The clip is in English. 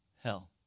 hell